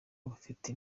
bufite